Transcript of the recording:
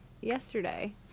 yesterday